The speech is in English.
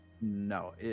No